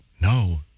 no